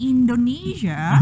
Indonesia